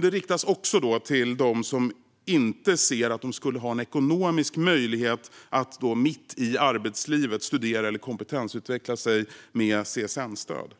Det riktas också till dem som inte ser att de skulle ha ekonomisk möjlighet att mitt i arbetslivet studera eller kompetensutveckla sig med CSN-stöd.